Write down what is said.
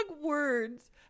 words